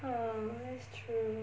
oh that's true